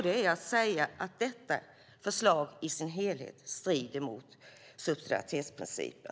Det är att säga att detta förslag i sin helhet strider mot subsidiaritetsprincipen.